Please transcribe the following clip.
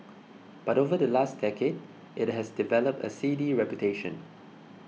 but over the last decade it has developed a seedy reputation